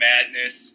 Madness